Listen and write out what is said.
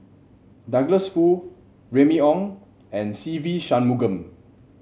Douglas Foo Remy Ong and Se Ve Shanmugam